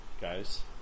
guys